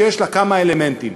יש לה כמה אלמנטים: